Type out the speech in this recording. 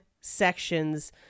sections